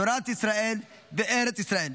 תורת ישראל וארץ ישראל,